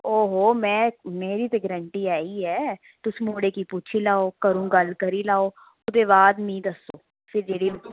ओहो में मेरी ते गरंटी ऐ ही ऐ तुस मुड़े गी पुच्छी लैओ कदूं गल्ल करी लेओ उ'दे बाद मिगी दस्सो फ्ही दिक्खगे